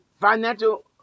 financial